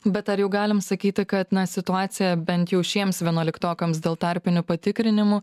bet ar jau galim sakyti kad na situacija bent jau šiems vienuoliktokams dėl tarpinių patikrinimų